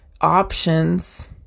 options